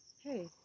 Hey